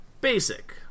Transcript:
Basic